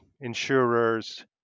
insurers